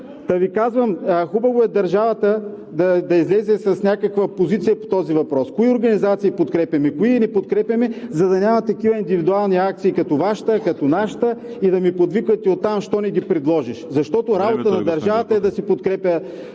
Та Ви казвам: хубаво е държавата да излезе с някаква позиция по този въпрос – кои организации подкрепяме, кои не подкрепяме, за да няма такива индивидуални акции като Вашата, като нашата и да ми подвиквате оттам: „Защо не ги предложиш!“ Защото работа на държавата е да си подкрепя